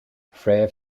fréamh